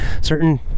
certain